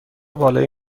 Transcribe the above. بالای